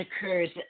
occurs